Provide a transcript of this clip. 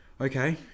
okay